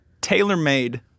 tailor-made